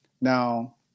Now